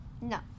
No